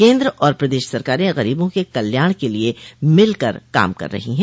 केन्द्र और प्रदेश सरकारें गरीबों के कल्याण क लिए मिलकर काम कर रही हैं